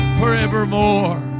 forevermore